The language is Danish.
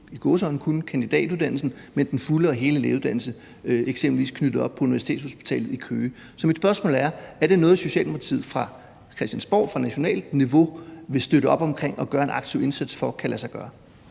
i gåseøjne – kandidatuddannelsen, men den fulde og hele lægeuddannelse f.eks. knyttet op på Sjællands Universitetshospital i Køge. Så mit spørgsmål er: Er det noget, Socialdemokratiet fra Christiansborg, fra nationalt niveau, vil støtte op om og gøre en aktiv indsats for kan lade sig gøre?